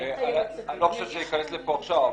אני לא חושב שנכנס לפה עכשיו,